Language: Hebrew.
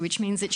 זאת אומרת,